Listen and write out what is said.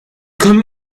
kommen